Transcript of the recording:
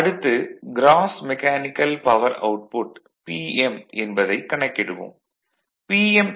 அடுத்து gross mechanical power output Pm என்பதைக் கணக்கிடுவோம்